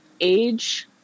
age